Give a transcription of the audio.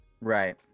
Right